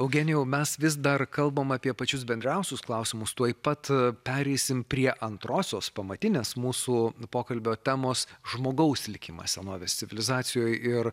eugenijau mes vis dar kalbam apie pačius bendriausius klausimus tuoj pat pereisim prie antrosios pamatinės mūsų pokalbio temos žmogaus likimą senovės civilizacijoj ir